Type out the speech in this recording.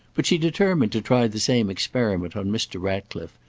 but she determined to try the same experiment on mr. ratcliffe,